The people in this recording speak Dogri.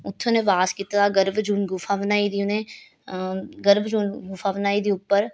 उत्थें निवास कीते दा गर्भ जून गुफा बनाई दी उनें गर्भ जून गुफा बनाई दी उप्पर